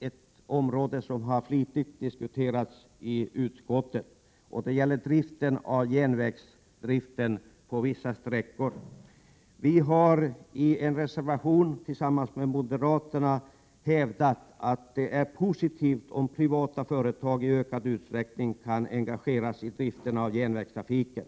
en fråga som flitigt diskuterats i utskottet. Det gäller järnvägsdriften på vissa sträckor. Vi har i en reservation tillsammans med moderaterna hävdat att det är positivt om privata företag i ökad utsträckning kan engageras i driften av järnvägstrafik.